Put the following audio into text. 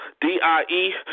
D-I-E